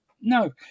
No